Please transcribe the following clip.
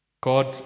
God